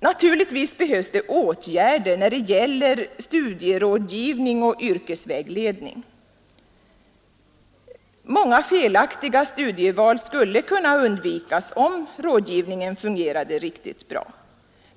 Naturligtvis behövs det åtgärder när det gäller studierådgivning och yrkesvägledning. Många felaktiga studieval skulle kunna undvikas, om rådgivningen fungerade riktigt bra.